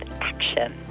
action